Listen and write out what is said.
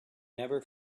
never